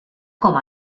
com